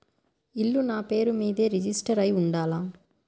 ఇల్లు నాపేరు మీదే రిజిస్టర్ అయ్యి ఉండాల?